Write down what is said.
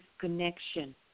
connection